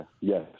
yes